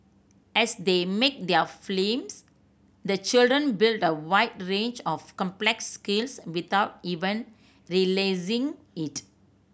as they make their films the children build a wide range of complex skills without even realising it